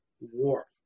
war